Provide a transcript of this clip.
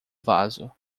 vaso